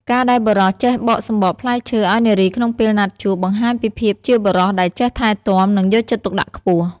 ការដែលបុរសចេះបកសំបកផ្លែឈើឱ្យនារីក្នុងពេលណាត់ជួប បង្ហាញពីភាពជាបុរសដែលចេះថែទាំ និងយកចិត្តទុកដាក់ខ្ពស់។